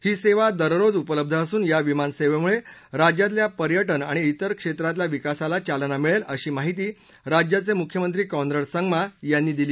ही सेवा दररोज उपलब्ध असून या विमान सेवेमुळे राज्यातल्या पर्यटन आणि इतर क्षेत्रात विकासाला चालना मिळेल अशी माहिती राज्याचे मुख्यमंत्री कॉनराड संगमा यांनी दिली